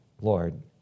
Lord